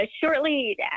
Shortly